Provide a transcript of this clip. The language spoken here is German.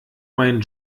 meinen